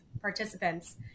participants